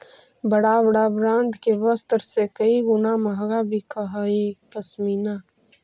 बड़ा बड़ा ब्राण्ड के वस्त्र से कई गुणा महँगा बिकऽ हई पशमीना